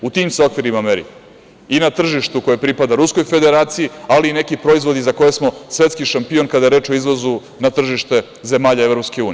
U tim se okvirima meri i na tržištu koje pripada Ruskoj Federaciji, ali i neki proizvodi za koje smo svetski šampion kada je reč o izvozu na tržište zemalja EU.